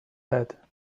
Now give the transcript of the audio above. had